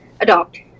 adopt